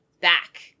back